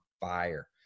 fire